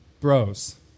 bros